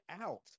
out